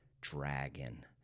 dragon